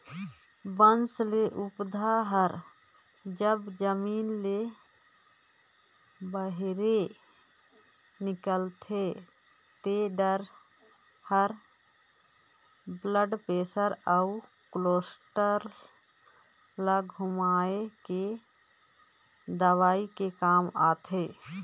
बांस ले पउधा हर जब जमीन ले बहिरे निकलथे ते डार हर ब्लड परेसर अउ केलोस्टाल ल घटाए के दवई के काम आथे